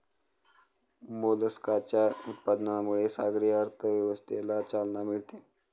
मोलस्काच्या उत्पादनामुळे सागरी अर्थव्यवस्थेला चालना मिळते